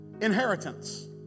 inheritance